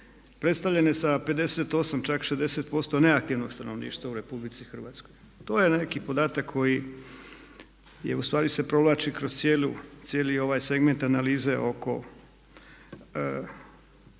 predstavljene sa 58 i čak 60% neaktivnog stanovništva u RH. TO je neki podatak koji je ustvari se provlači kroz cijeli ovaj segment analize oko kategorije